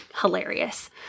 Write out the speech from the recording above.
Hilarious